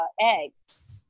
eggs